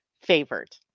favored